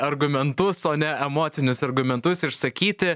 argumentus o ne emocinius argumentus išsakyti